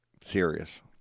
Serious